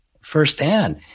firsthand